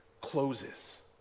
closes